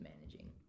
managing